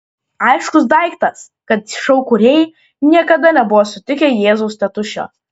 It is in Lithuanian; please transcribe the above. aiškus daiktas kad šou kūrėjai niekada nebuvo sutikę jėzaus tėtušio